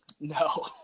No